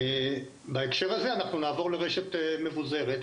בהקשר הזה, אנחנו נעבור לרשת מבוזרת.